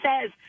says